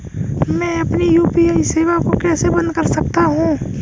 मैं अपनी यू.पी.आई सेवा को कैसे बंद कर सकता हूँ?